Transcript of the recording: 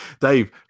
Dave